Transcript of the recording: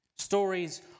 Stories